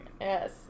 yes